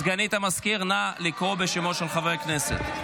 סגנית המזכיר, נא לקרוא בשמות של חברי הכנסת.